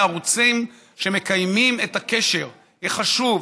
מהערוצים שמקיימים את הקשר החשוב,